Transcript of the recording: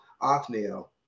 Othniel